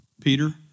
Peter